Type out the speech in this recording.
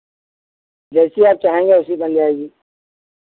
जैसी आप चाहेंगे वैसी बन जाएगी